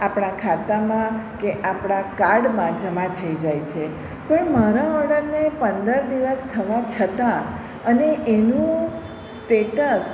આપણાં ખાતામાં કે આપણાં કાર્ડમાં જમા થઈ જાય છે પણ મારા ઓર્ડરને પંદર દિવસ થવા છતાં અને એનું સ્ટેટસ